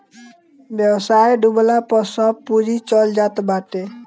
व्यवसाय डूबला पअ सब पूंजी चल जात बाटे